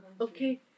Okay